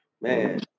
Man